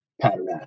pattern